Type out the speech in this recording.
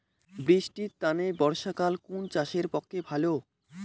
বৃষ্টির তানে বর্ষাকাল কুন চাষের পক্ষে ভালো?